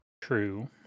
True